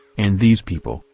and these people,